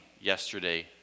yesterday